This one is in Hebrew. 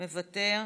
מוותר,